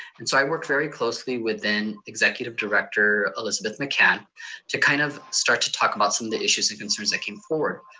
and so i worked very closely with then executive director elizabeth mccann to kind of start to talk about some of the issues and concerns that came forward.